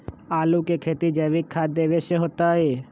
आलु के खेती जैविक खाध देवे से होतई?